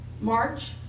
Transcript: March